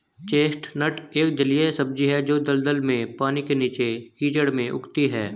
chestnut एक जलीय सब्जी है जो दलदल में, पानी के नीचे, कीचड़ में उगती है